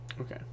Okay